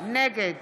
נגד